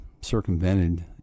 circumvented